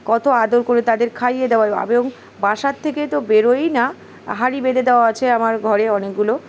কত আদর করে তাদের খাইয়ে দেওয়া এবং বাসার থেকে তো বেরোয়ই না হাঁড়ি বেঁধে দেওয়া আছে আমার ঘরে অনেকগুলো